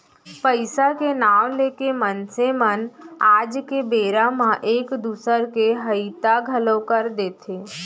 पइसा के नांव लेके मनसे मन आज के बेरा म एक दूसर के हइता घलौ कर देथे